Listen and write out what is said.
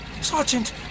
sergeant